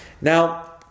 Now